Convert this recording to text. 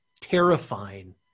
terrifying